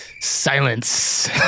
Silence